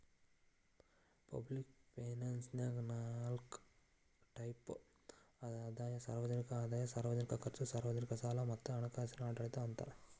public ಫೈನಾನ್ಸನ್ಯಾಗ ನಾಲ್ಕ್ type ಅದಾವ ಸಾರ್ವಜನಿಕ ಆದಾಯ ಸಾರ್ವಜನಿಕ ಖರ್ಚು ಸಾರ್ವಜನಿಕ ಸಾಲ ಮತ್ತ ಹಣಕಾಸಿನ ಆಡಳಿತ ಅಂತ